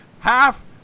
half